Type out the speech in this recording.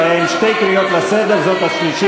הוא היה עם שתי קריאות לסדר, זאת השלישית.